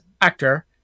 actor